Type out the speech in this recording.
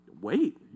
wait